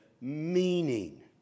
meaning